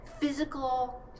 physical